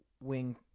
wing